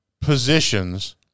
positions –